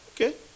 Okay